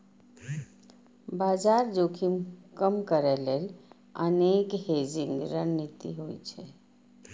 बाजार जोखिम कम करै लेल अनेक हेजिंग रणनीति होइ छै